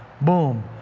boom